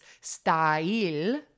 style